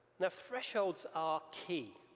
now, thresholds are key.